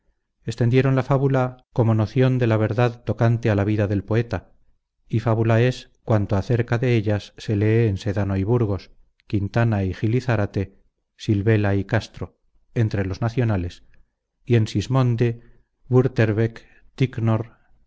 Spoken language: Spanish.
extendieron la fábula como noción de la verdad tocante a la vida del poeta y fábula es cuanto acerca de ellas se lee en sedano y burgos quintana y gil y zárate silvela y castro entre los nacionales y en sismondi buvterweck ticknor